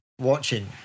watching